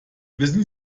wissen